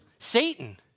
Satan